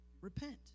repent